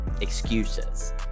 excuses